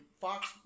Fox